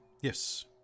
Yes